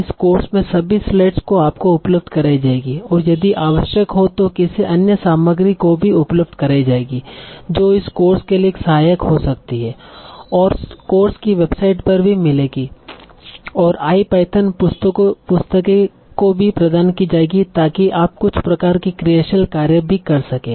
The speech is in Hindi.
इस कोर्स में सभी स्लाइड्स को आपको उपलब्ध कराई जाएगी और यदि आवश्यक हो तो किसी अन्य सामग्री को भी उपलब्द कराई जाएगी जो इस कोर्स के लिए सहायक हो सकती है और कोर्स की वेबसाइट पर भी मिलेगी और आईपाइथन पुस्तकों भी प्रदान कि जाएगी ताकि आप कुछ प्रकार के क्रियाशील कार्य भी कर सकें